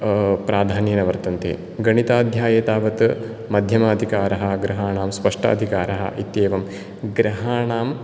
प्राधान्येन वर्तन्ते गणिताध्याये तावत् मध्यमाधिकाराः ग्रहाणां स्पष्टाधिकाराः इत्येवं ग्रहाणां